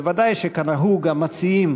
ודאי שכנהוג, המציעים